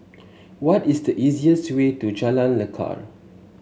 what is the easiest way to Jalan Lekar